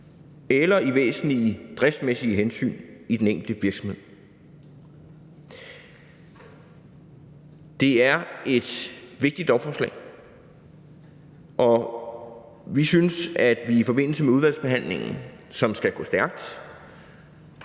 eller i væsentlige driftsmæssige hensyn i den enkelte virksomhed. Det er et vigtigt lovforslag, og vi synes, at vi i forbindelse med udvalgsbehandlingen, som skal gå stærkt,